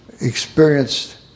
experienced